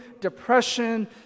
depression